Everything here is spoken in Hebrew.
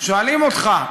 שואלים אותך: